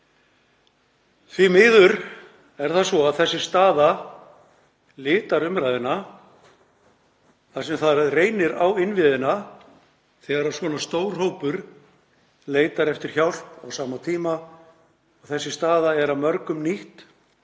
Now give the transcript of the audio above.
Því miður er það svo að þessi staða litar umræðuna þar sem það reynir á innviðina þegar svona stór hópur leitar eftir hjálp á sama tíma. Þessi staða er af mörgum nýtt